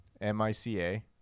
M-I-C-A